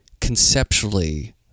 conceptually